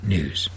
News